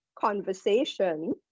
conversation